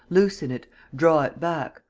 loosen it, draw it back,